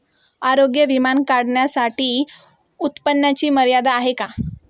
आरोग्य विमा काढण्यासाठी उत्पन्नाची मर्यादा आहे का?